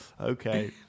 Okay